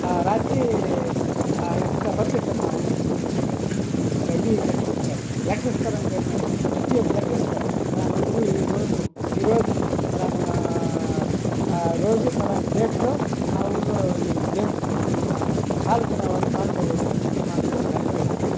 రాసి ఇస్తారు పంపిస్తారు మా ఊరికి ఒక ఇది లెటర్ ఇస్తారు ఒక లెటర్ ఇస్తారనుకోండి వచ్చి ఒక లెటర్ ఇస్తారు పలానా ఊరు ఈరోజు ఈరోజు ఫలానా రోజు ఫలానా డేట్లో మా ఊర్లో ఈ గేమ్స్ పెట్టుకొని ఉన్నాము పాల్గొనే వాళ్లు పాల్గొవచ్చని అట్టని మాకు ఒక లెటర్ ఇస్తారు